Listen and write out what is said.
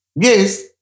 Yes